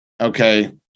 Okay